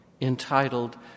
entitled